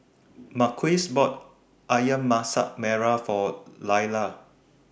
Marquise bought Ayam Masak Merah For Lailah